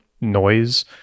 noise